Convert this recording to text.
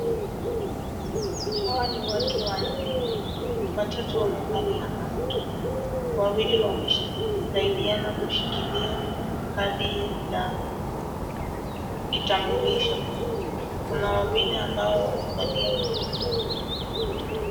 Hawa ni watu wanne, watatu wamevalia maski, wawili wamesaidiana kushikilia kadi ya kitambulisho. Kuna wawili ambao wamevalia uniform .